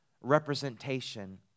representation